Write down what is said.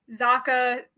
Zaka